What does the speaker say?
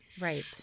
Right